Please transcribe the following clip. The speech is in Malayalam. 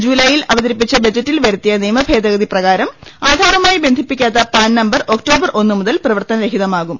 ജൂലായിൽ അവത്രിപ്പിച്ച് ബജറ്റിൽ വരുത്തിയ നിയമഭേദഗതിപ്രകാരം ആധാറുമായി ബന്ധിപ്പിക്കാത്ത പാൻനമ്പർ ഒക്ടോബർ ഒന്നുമുതൽ പ്രവർത്തനരഹിതമാകും